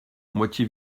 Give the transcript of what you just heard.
moitié